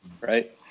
right